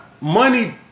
money